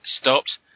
stopped